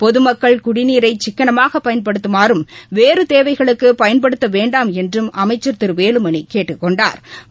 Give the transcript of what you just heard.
பொதுமக்கள் குடிநீரை சிக்களமாக பயன்படுத்தமாறும் வேறு தேவைகளுக்கு பயன்படுத்த வேண்டாம் என்றும் அமைச்சா் திரு வேலுமணி கேட்டுக் கொண்டாா்